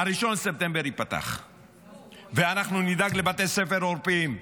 1 בספטמבר ייפתח ואנחנו נדאג לבתי ספר עורפיים?